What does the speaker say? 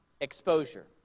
exposure